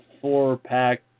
four-pack